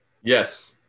Yes